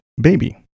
baby